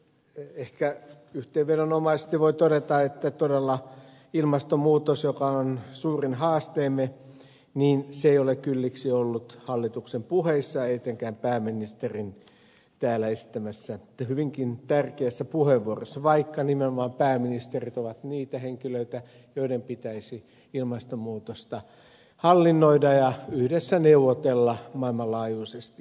ehkä yhteenvedonomaisesti voin todeta että todella ilmastonmuutos joka on suurin haasteemme ei ole kylliksi ollut hallituksen puheissa etenkään pääministerin täällä esittämässä hyvinkin tärkeässä puheenvuorossa vaikka nimenomaan pääministerit ovat niitä henkilöitä joiden pitäisi ilmastonmuutosta hallinnoida ja yhdessä neuvotella maailmanlaajuisesti näitä asioita